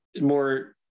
more